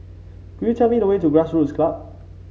could you tell me the way to Grassroots Club